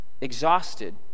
Exhausted